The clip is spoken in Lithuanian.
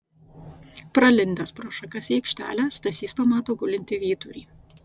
pralindęs pro šakas į aikštelę stasys pamato gulintį vyturį